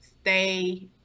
Stay